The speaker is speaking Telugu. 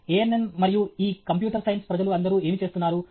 ANN మరియు ఈ కంప్యూటర్ సైన్స్ ప్రజలు అందరూ ఏమి చేస్తున్నారు